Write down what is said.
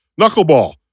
Knuckleball